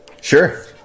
Sure